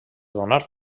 donar